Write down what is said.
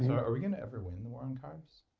are we going to ever win the war on carbs?